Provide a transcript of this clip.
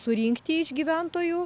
surinkti iš gyventojų